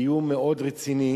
באיום מאוד רציני,